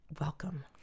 welcome